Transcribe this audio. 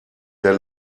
der